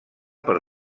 per